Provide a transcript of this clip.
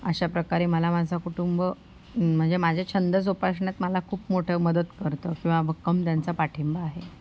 अशाप्रकारे मला माझं कुटुंब म्हणजे माझे छंद जोपासण्यात मला खूप मोठं मदत करतं किंवा भक्कम त्यांचा पाठिंबा आहे